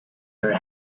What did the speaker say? her